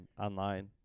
online